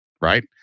right